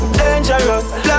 dangerous